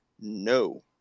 no